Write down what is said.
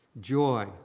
joy